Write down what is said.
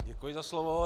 Děkuji za slovo.